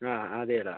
അ ആദ്യം അതാ